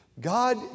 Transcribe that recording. God